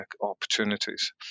opportunities